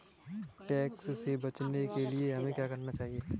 Tax से बचने के लिए हमें क्या करना चाहिए?